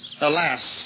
alas